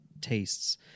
tastes